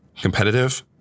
Competitive